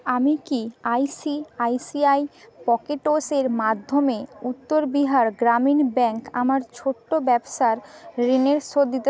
আমি কি I C I C I পকেটোসের মাধ্যমে উত্তর বিহার গ্রামীণ ব্যাঙ্ক আমার ছোট্ট ব্যবসার ঋণের শোধ দিতে